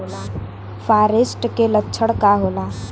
फारेस्ट के लक्षण का होला?